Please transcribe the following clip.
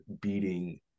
beating